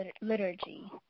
liturgy